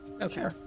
Okay